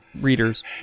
readers